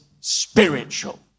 spiritual